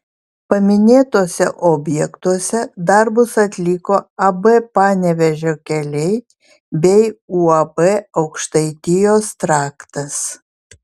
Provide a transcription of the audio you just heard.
paminėtuose objektuose darbus atliko ab panevėžio keliai bei uab aukštaitijos traktas